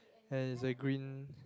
there is a green